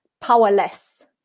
powerless